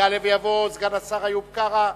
יעלה ויבוא סגן השר איוב קרא.